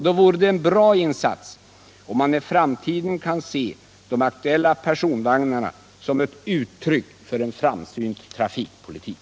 Det vore en bra insats om man i framtiden kan se de aktuella personvagnarna som ett uttryck för en framsynt trafikpolitik.